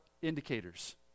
indicators